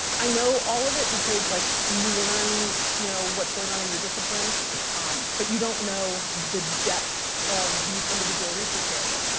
i know all of it because like, you learn you know what's going on in your discipline um but you don't know the depth of these individual research areas.